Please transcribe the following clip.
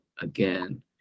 again